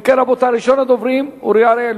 אם כן, רבותי, ראשון הדוברים, אורי אריאל,